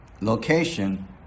location